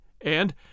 and